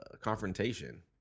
confrontation